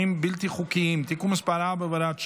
בלתי חוקיים (תיקון מס' 4 והוראת שעה,